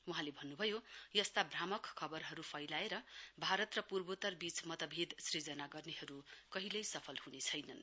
वहाँले भन्न्भयो यस्ता भ्रामक खबरहरू फैलाएर भारत र पूर्वोत्तरबीच मतभेद सृजना गर्नेहरू कहिलयै सफल ह्ने छैनन्